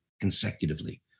consecutively